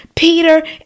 Peter